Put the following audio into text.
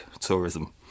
tourism